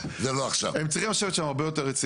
והדבר ייעשה בצורה נכונה שכולם יהיו רגועים.